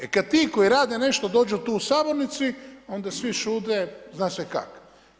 E kada ti koji rade nešto dođu tu u sabornicu onda svi šute, zna se kako.